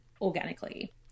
organically